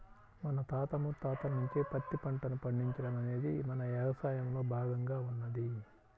మన తాత ముత్తాతల నుంచే పత్తి పంటను పండించడం అనేది మన యవసాయంలో భాగంగా ఉన్నది